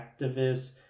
activists